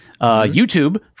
YouTube